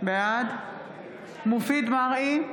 בעד מופיד מרעי,